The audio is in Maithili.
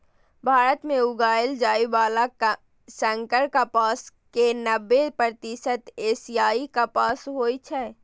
भारत मे उगाएल जाइ बला संकर कपास के नब्बे प्रतिशत एशियाई कपास होइ छै